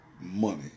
money